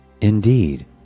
Indeed